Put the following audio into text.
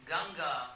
Ganga